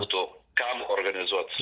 būtų kam organizuot